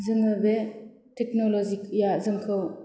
जोङो बे टेक्नल'जिया जोंखौ